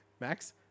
Max